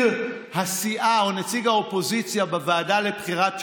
הסיעה או נציג האופוזיציה בוועדה לבחירת שופטים,